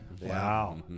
Wow